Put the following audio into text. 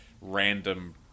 random